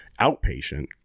outpatient